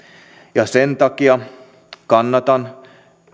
ja sen takia kannatan